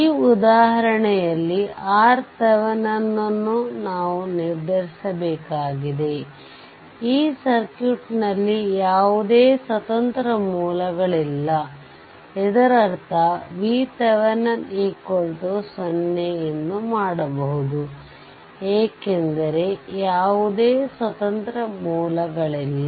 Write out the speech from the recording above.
ಈ ಉದಾಹರಣೆಯಲ್ಲಿ RThevenin ಅನ್ನು ನಾವು ನಿರ್ಧರಿಸಬೇಕಾಗಿದೆ ಈ ಸರ್ಕ್ಯೂಟ್ನಲ್ಲಿ ಯಾವುದೇ ಸ್ವತಂತ್ರ ಮೂಲಗಳಿಲ್ಲ ಇದರರ್ಥ VThevenin 0 ಎಂದು ಮಾಡಬಹುದು ಏಕೆಂದರೆ ಯಾವುದೇ ಸ್ವತಂತ್ರ ಮೂಲಗಳಿಲ್ಲ